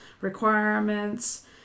requirements